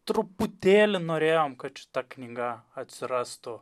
truputėlį norėjom kad šita knyga atsirastų